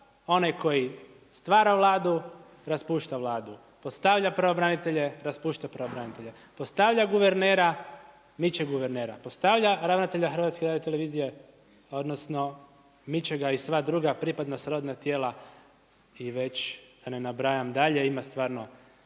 onaj koji stvara Vladu, raspušta Vladu, postavlja pravobranitelje, raspušta pravobranitelje, postavlja guvernera, miče guvernera, postavlja ravnatelja HRT-a, odnosno miče ga i sva druga pripadno srodna tijela i da već ne nabrajam dalje. Ima stvarno